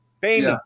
Baby